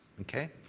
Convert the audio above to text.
okay